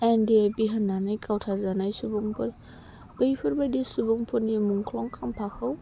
N D F B होननानै गावथारजानाय सुबुंफोर बैफोरबायदि सुबुंफोरनि मुंख्लं खाम्फाखौ